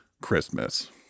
Christmas